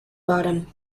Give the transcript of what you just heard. bottom